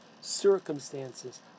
circumstances